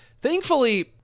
thankfully